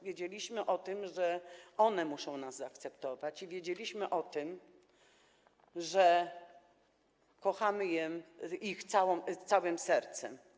Wiedzieliśmy o tym, że one muszą nas zaakceptować, i wiedzieliśmy o tym, że kochamy je całym sercem.